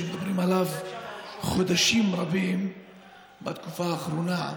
שמדברים עליו חודשים רבים בתקופה האחרונה,